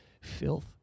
filth